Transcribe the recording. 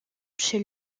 chez